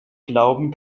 glauben